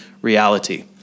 reality